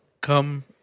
come